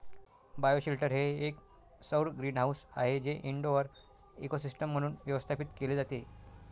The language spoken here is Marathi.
बायोशेल्टर हे एक सौर ग्रीनहाऊस आहे जे इनडोअर इकोसिस्टम म्हणून व्यवस्थापित केले जाते